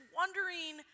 wondering